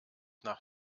nach